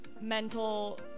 mental